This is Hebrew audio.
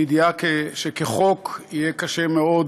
בידיעה שכחוק יהיה קשה מאוד